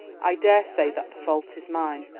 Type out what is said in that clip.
i daresay that the fault is mine,